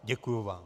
Děkuji vám.